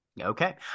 Okay